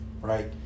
right